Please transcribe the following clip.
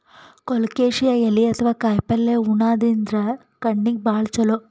colocasia ಎಲಿ ಅಥವಾ ಕಾಯಿಪಲ್ಯ ಉಣಾದ್ರಿನ್ದ ಕಣ್ಣಿಗ್ ಭಾಳ್ ಛಲೋ